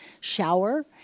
shower